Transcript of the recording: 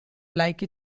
like